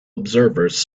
observers